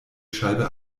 scheibe